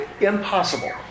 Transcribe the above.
Impossible